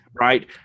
right